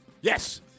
Yes